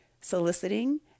soliciting